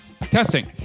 Testing